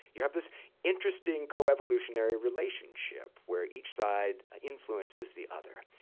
you have this interesting coevolutionary relationship where each side influences the other.